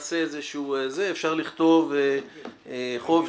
אפשר לכתוב --- מוצע: